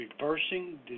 Reversing